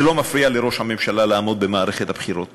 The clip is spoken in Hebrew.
זה לא מפריע לראש הממשלה לעמוד במערכת הבחירות